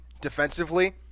defensively